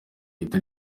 ahita